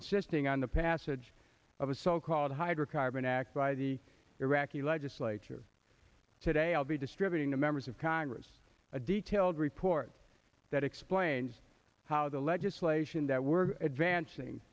insisting on the passage of a so called hydrocarbon act by the iraqi legislature today i'll be distributing to members of congress a detailed report that explains how the legislation that we're advancing